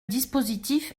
dispositif